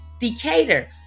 Decatur